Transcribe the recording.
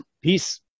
peace